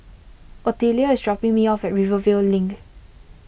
Otelia is dropping me off at Rivervale Link